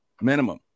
Minimum